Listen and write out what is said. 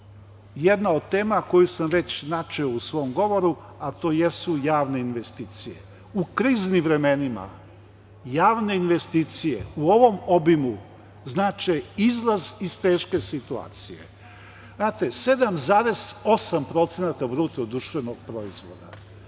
reči. Jedna od tema koju sam već načeo u svom govoru, a to jesu javne investicije. U kriznim vremenima javne investicije u ovom obimu znače izlaz iz teške situacije. Znate, 7,8% bruto-društvenog proizvoda,